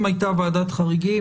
אם הייתה ועדת חריגים,